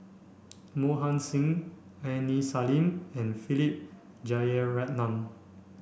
Mohan Singh Aini Salim and Philip Jeyaretnam